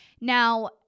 Now